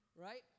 Right